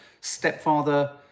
stepfather